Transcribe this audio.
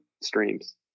streams